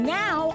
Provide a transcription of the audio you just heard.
now